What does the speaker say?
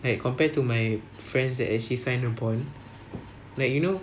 like compare to my friends that actually sign a bond like you know